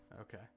Okay